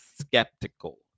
skeptical